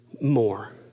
more